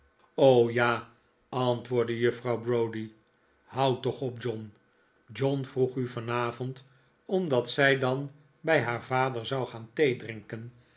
ja antwoordde juffrouw browdie houd toch op john john vroeg u vanavond omdat zij dan bij haar vader zou gaan